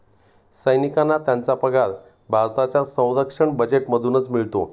सैनिकांना त्यांचा पगार भारताच्या संरक्षण बजेटमधूनच मिळतो